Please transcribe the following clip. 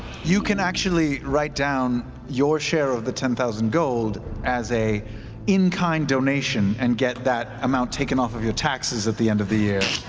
you can actually write down your share of the ten thousand gold as a in-kind donation and get that amount taken off of your taxes at the end of the year.